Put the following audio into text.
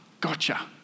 gotcha